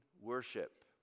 worship